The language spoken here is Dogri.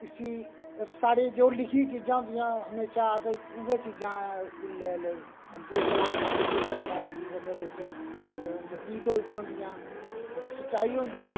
इसी साढ़ी जो लिखी दी चीजां होंदिया ओह् हमेशा अस उ'ऐ चीज अग्गें चलान्ने आं जेह्ड़ियां साढ़ी जिंदगी बिच ओह् बतीत होई दियां होंदियां न और सच्चाई होंदी